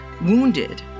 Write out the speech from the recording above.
wounded